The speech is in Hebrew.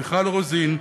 מיכל רוזין,